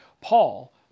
Paul